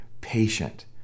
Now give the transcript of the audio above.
patient